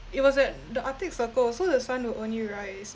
it was at the arctic circle so the sun will only rise